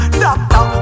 doctor